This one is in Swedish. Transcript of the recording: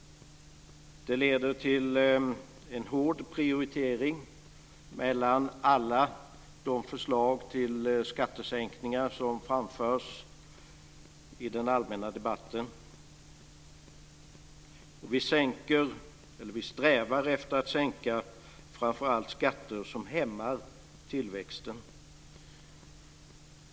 Det leder till en hård prioritering mellan alla de förslag till skattesänkningar som framförs i den allmänna debatten. Vi strävar framför allt efter att sänka skatter som hämmar tillväxten.